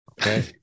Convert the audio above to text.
Okay